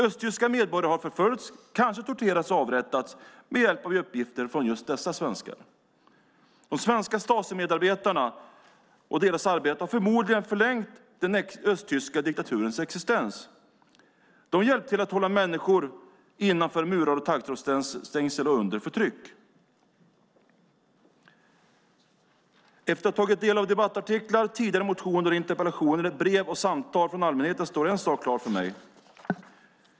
Östtyska medborgare har förföljts, kanske torterats och avrättats, med hjälp av uppgifter från just dessa svenskar. De svenska Stasimedarbetarna och deras arbete har förmodligen förlängt den östtyska diktaturens existens. De har hjälpt till att hålla människor innanför murar och taggtrådsstängsel och under förtryck. Efter att ha tagit del av debattartiklar, tidigare motioner och interpellationer, brev och samtal från allmänheten står en sak klar för mig.